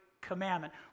commandment